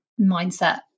mindset